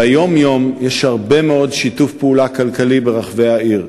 ביום-יום יש הרבה מאוד שיתוף פעולה כלכלי ברחבי העיר.